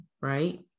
right